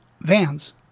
Vans